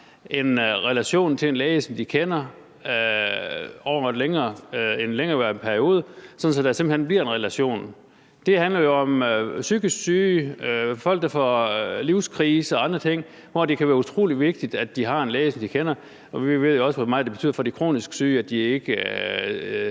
en relation til en læge, som de kender over en længerevarende periode, sådan at der simpelt hen bliver en relation? Det handler jo om psykisk syge, folk, der får livskriser og andre ting, hvor det kan være utrolig vigtigt, at de har en læge, som de kender. Og vi ved også, hvor meget det betyder for de kronisk syge, at de ikke